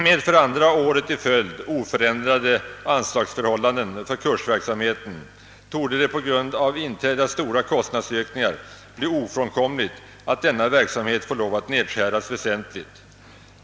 Med för andra året i följd oförändrade anslag för kursverksamheten torde det på grund av inträdda stora kostnadsökningar bli ofrånkomligt att denna verksamhet får lov att nedskäras väsentligt.